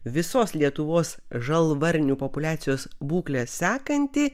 visos lietuvos žalvarnių populiacijos būklę sekantį